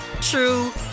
true